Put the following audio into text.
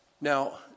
Now